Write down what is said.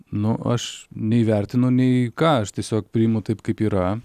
nu aš nei vertinu nei ką aš tiesiog priimu taip kaip yra